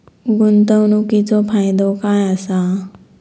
गुंतवणीचो फायदो काय असा?